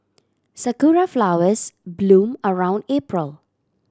Sakura flowers bloom around April